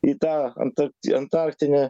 į tą antarktį antarktinę